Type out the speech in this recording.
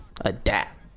adapt